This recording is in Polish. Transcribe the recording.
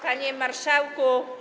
Panie Marszałku!